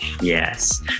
Yes